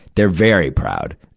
they're very proud.